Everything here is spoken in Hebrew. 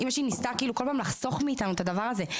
אימא שלי ניסתה לחסוך מאתנו את הדבר הזה,